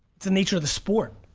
the nature of the sport.